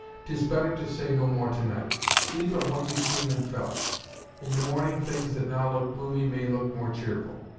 tis better to say no more to-night. sleep on what you've seen and felt in the morning things that now look gloomy, may look more che'rful.